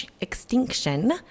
extinction